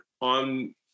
on